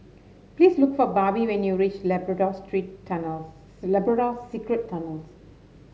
please look for Barbie when you reach Labrador Street Tunnels Labrador Secret Tunnels